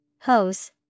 Hose